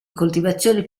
coltivazioni